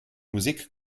musik